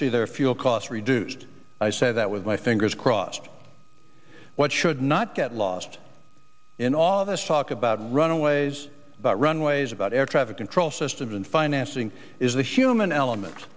see their fuel costs reduced i said that with my fingers crossed what should not get lost in all this talk about runways about runways about air traffic control systems and financing is the human element